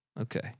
okay